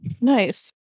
Nice